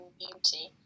beauty